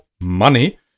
money